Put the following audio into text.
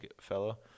fellow